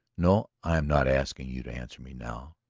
no i am not asking you to answer me now.